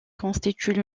constituent